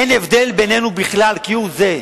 אין הבדל בינינו בכלל, כהוא-זה.